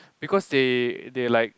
because they they like